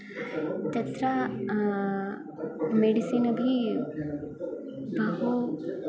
तत्र मेडिसिन् अपि बहु